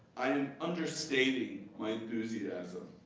i am understating my enthusiasm.